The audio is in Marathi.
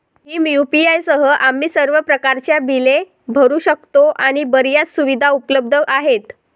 भीम यू.पी.आय सह, आम्ही सर्व प्रकारच्या बिले भरू शकतो आणि बर्याच सुविधा उपलब्ध आहेत